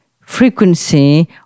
frequency